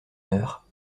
honneur